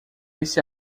esse